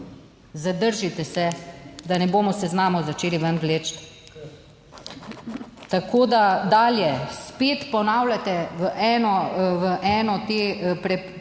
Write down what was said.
Zadržite se, da ne bomo seznamov začeli ven vleči. Tako da dalje spet ponavljate, v eno prepoved